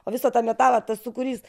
o visą tą metalą tas sūkurys